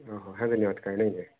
ଓଃ ସେମ୍ତି ନେଇ ଅଦ୍କା ନେଇ ନେଇ